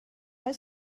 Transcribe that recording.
oes